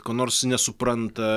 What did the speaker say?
ko nors nesupranta